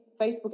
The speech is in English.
Facebook